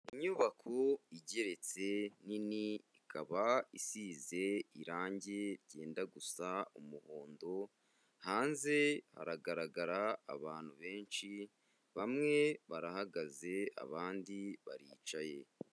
Inyubako igeretse nini ikaba isize irangi ryenda gusa umuhondo, hanze haragaragara abantu benshi bamwe barahagaze, abandi baricaye.